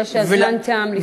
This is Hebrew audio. כי הזמן תם לפני עשר שניות בערך.